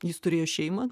jis turėjo šeimą